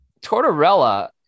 Tortorella